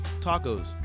Tacos